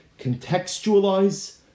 Contextualize